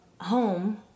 home